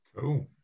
Cool